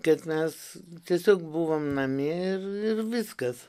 kad mes tiesiog buvom namie ir ir viskas